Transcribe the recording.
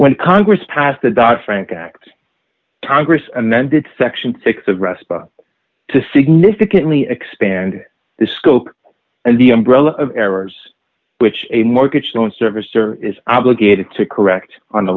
when congress passed the dodd frank act congress amended section six of respa to significantly expand the scope and the umbrella of errors which a mortgage loan servicer is obligated to correct on